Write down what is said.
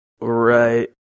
Right